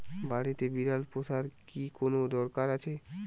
বাড়িতে বিড়াল পোষার কি কোন দরকার আছে?